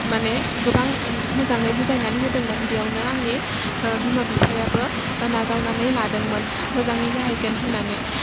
माने गोबां मोजाङै बुजायनानै होदोंमोन बेयावनो आंनि बिमा बिफायाबो नाजावनानै लादोंमोन मोजाङै जाहैगोन होननानै